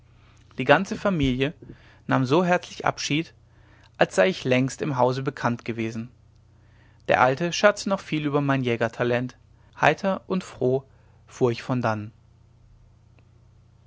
die ganze familie nahm so herzlichen abschied als sei ich längst im hause bekannt gewesen der alte scherzte noch viel über mein jägertalent heiter und froh fuhr ich von dannen